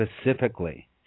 specifically